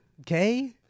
Okay